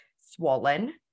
swollen